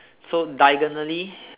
so diagonally